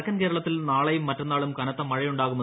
വടക്കൻ കേരളത്തിൽ നാളെയും മറ്റന്നാളും കനത്ത മഴ തുടരും